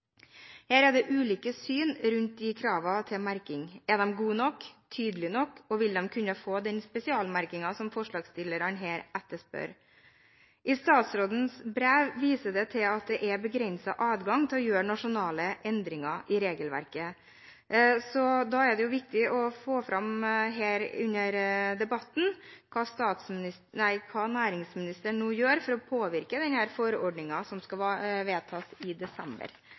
her etterspør? I statsrådens brev vises det til at det er begrenset adgang til å gjøre nasjonale endringer i regelverket. Da er det viktig å få fram under debatten hva næringsministeren nå gjør for å påvirke forordningen som skal vedtas i desember